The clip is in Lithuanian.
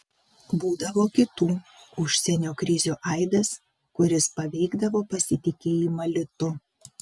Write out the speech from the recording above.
būdavo kitų užsienio krizių aidas kuris paveikdavo pasitikėjimą litu